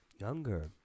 younger